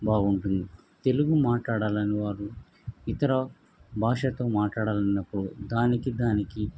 బాగుంటుంది తెలుగు మాట్లాడాలను వారు ఇతర భాషతో మట్లాడాలన్నప్పుడు దానికి దానికి